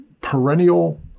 perennial